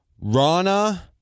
Rana